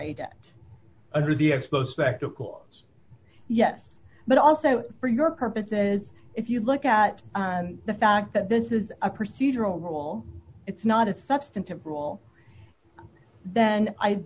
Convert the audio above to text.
ada under the expo's spectacles yes but also for your purposes if you look at the fact that this is a procedural rule it's not a substantive rule then i